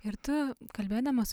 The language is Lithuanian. ir tu kalbėdamas